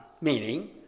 Meaning